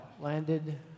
landed